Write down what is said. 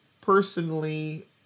personally